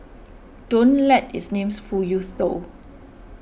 don't let its name fool you though